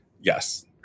Yes